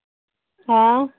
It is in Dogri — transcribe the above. हां